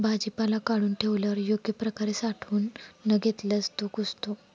भाजीपाला काढून ठेवल्यावर योग्य प्रकारे साठवून न घेतल्यास तो कुजतो